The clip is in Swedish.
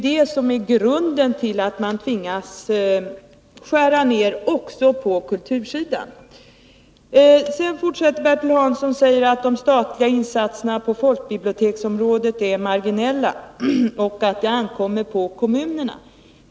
Det är grunden till att man tvingas skära ned också på Vidare säger Bertil Hansson att de statliga insatserna på folkbiblioteksområdet är marginella och att det ankommer på kommunerna att göra någonting.